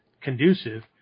conducive